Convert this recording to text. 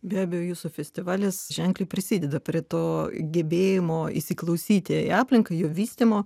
be abejo jūsų festivalis ženkliai prisideda prie to gebėjimo įsiklausyti į aplinką jo vystymo